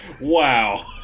Wow